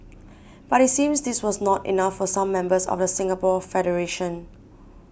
but it seems this was not enough for some members of the Singapore federation